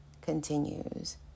continues